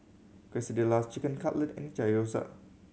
Quesadillas Chicken Cutlet and Gyoza